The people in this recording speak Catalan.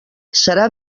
serà